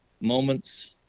moments